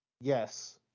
Yes